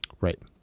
Right